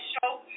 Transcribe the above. show